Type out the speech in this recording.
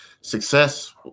success